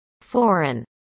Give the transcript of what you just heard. Foreign